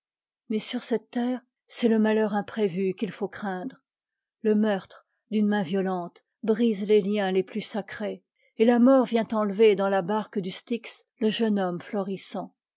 mais sur cette terre c'est le ma heur imprévu qu'il faut craindre le meurtre d'une main violente brise les liens les plus sacrés et la mort vient enlever dans la barque du styx le jeune homme florissant